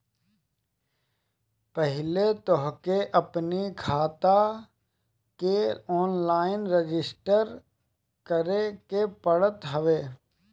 पहिले तोहके अपनी खाता के ऑनलाइन रजिस्टर करे के पड़त हवे